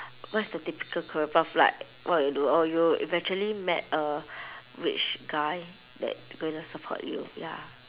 what's the typical career path like what you do oh you eventually met a rich guy that going to support you ya